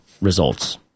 results